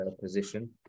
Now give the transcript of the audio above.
position